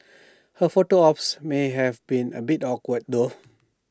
her photo ops may have been A bit awkward though